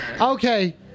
Okay